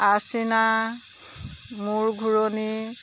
আচিনা মূৰ ঘূৰণি